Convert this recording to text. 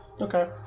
Okay